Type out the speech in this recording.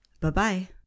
Bye-bye